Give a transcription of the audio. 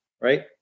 right